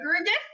again